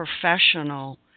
professional